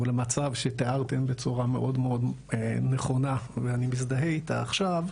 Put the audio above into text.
למצב שתיארתן בצורה מאוד נכונה ואני מזדהה איתה עכשיו,